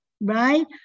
Right